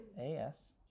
A-S